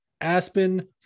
Aspen